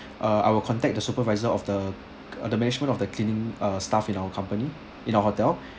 uh I will contact the supervisor of the the management of the cleaning ah staff in our company in our hotel